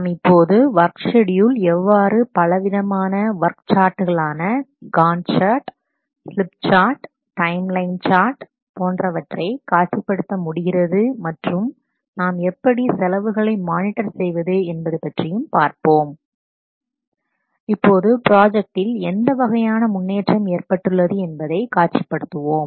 நாம் இப்போது work schedule எவ்வாறு பலவிதமான வொர்க் சார்ட்களான Gantt chart slip chart time line chart போன்றவற்றை காட்சிப்படுத்த முடிகிறது மற்றும் நாம் எப்படி செலவுகளை மானிட்டர் செய்வது என்பது பற்றியும் பார்ப்போம் இப்போது ப்ராஜெக்ட்டில் எந்த வகையான முன்னேற்றம் ஏற்பட்டுள்ளது என்பதை காட்சி படுத்துவோம்